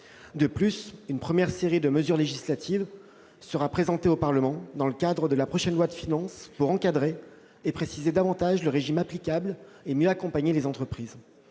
De plus, une première série de mesures législatives sera présentée au Parlement lors de la discussion de la prochaine loi de finances pour encadrer et préciser davantage le régime applicable et mieux accompagner les entreprises.